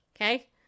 okay